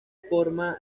forma